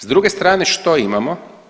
S druge strane što imamo?